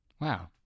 Wow